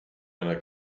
einer